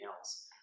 else